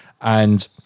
And-